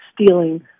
stealing